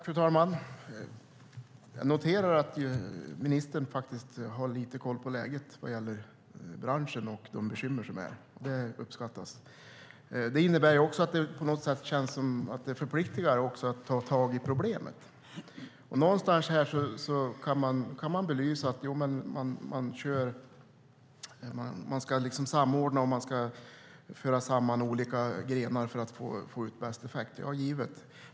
Fru talman! Jag noterar att ministern faktiskt har lite koll på läget vad gäller branschen och bekymren där, och det uppskattas. Det innebär att det på något sätt förpliktar att också ta tag i problemen. Det belyses att man ska samordna och föra samman olika grenar för att få ut bästa effekt - ja, det är givet.